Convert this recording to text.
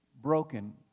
broken